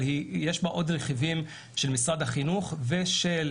אבל יש בה עוד רכיבים של משרד החינוך ושל